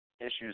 issues